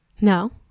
no